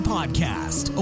Podcast